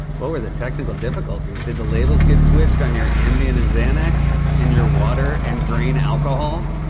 what were the technical difficulties? did the labels get switched on your ambien and xanax and your water and grain alcohol?